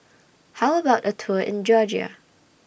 How about A Tour in Georgia